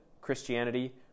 Christianity